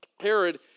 Herod